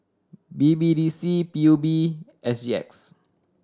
B B D C P U B S G X